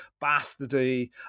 bastardy